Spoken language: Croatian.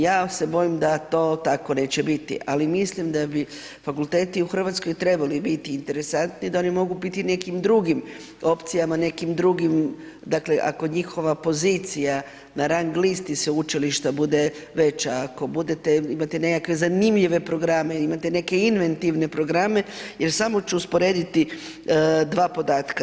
Ja se bojim da to tako neće biti ali mislim da bi fakulteti u Hrvatskoj trebali biti interesantni i da oni mogu biti u nekim drugim opcijama, u nekim drugim, dakle ako njihova pozicija na rang listi sveučilišta bude veća, ako imate zanimljive programe, imate neke inventivne programe jer samo ću usporediti dva podatka.